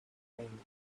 mine